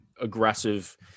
aggressive